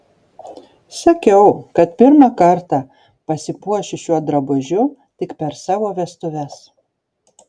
sakiau kad pirmą kartą pasipuošiu šiuo drabužiu tik per savo vestuves